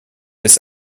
des